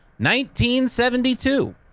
1972